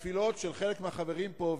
התפילות של חלק מהחברים פה,